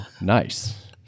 nice